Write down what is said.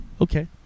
Okay